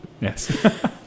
Yes